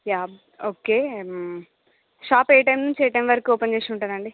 yeah okay shop ఏ time నుంచి ఏ టైమ్ వరుకు ఓపెన్ చేసి ఉంటుందండి